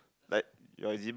like your eczema